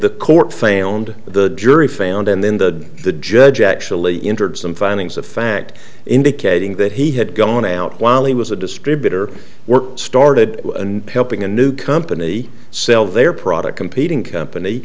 the court fail and the jury found and then the the judge actually injured some findings of fact indicating that he had gone out while he was a distributor work started helping a new company sell their product competing company